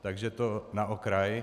Takže to na okraj.